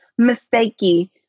mistakey